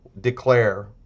declare